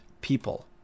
people